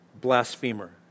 blasphemer